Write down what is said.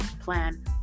plan